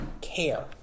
care